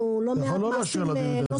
אתה יכול לא לאשר לה דיבידנד,